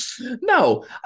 no